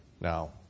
Now